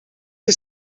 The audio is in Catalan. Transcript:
que